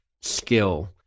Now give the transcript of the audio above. skill